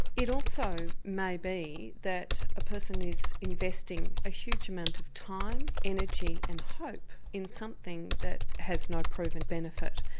it also may be that a person is investing a huge amount of time, energy and hope in something that has no proven benefit.